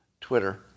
Twitter